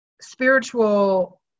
spiritual